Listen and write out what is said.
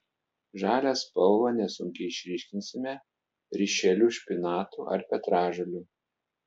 žalią spalvą nesunkiai išryškinsime ryšeliu špinatų ar petražolių